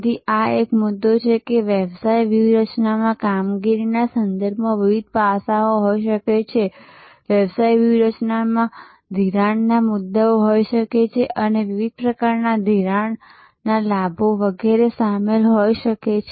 તેથી આ એક મુદ્દો છે કે વ્યવસાય વ્યૂહરચનામાં કામગીરીના સંદર્ભમાં વિવિધ પાસાઓ હોઈ શકે છે વ્યવસાય વ્યૂહરચનામાં ધિરાણના મુદ્દાઓ હોઈ શકે છે વિવિધ પ્રકારના ધિરાણના લાભો વગેરે સામેલ હોઈ શકે છે